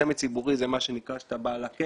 סמי ציבורי, זה מה שנקרא שאתה בא לקניון